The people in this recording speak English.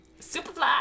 Superfly